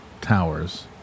towers